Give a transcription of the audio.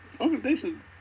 Organization